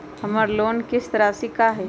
हमर लोन किस्त राशि का हई?